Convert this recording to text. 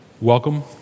Welcome